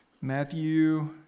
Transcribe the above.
Matthew